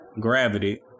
gravity